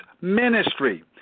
ministry